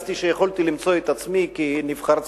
סוריאליסטי שיכולתי למצוא את עצמי בו כנבחר ציבור.